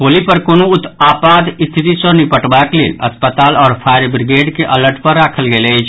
होली पर कोनो आपाद स्थिति सँ निपटबाक लेल अस्पताल आओर फायर बिग्रेड के अलर्ट पर राखल गेल अछि